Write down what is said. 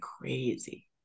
crazy